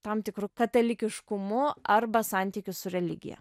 tam tikru katalikiškumu arba santykiu su religija